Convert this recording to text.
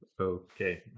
Okay